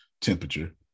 Temperature